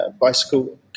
bicycle